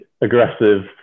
Aggressive